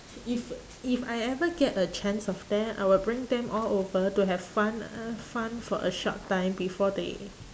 if if I ever get a chance of that I will bring them all over to have fun uh fun for a short time before they